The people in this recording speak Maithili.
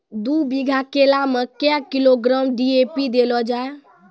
दू बीघा केला मैं क्या किलोग्राम डी.ए.पी देले जाय?